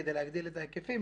כדי להגדיל את ההיקפים,